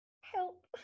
help